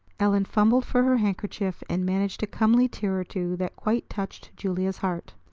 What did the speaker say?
ellen fumbled for her handkerchief, and managed a comely tear or two that quite touched julia's heart.